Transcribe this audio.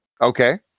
okay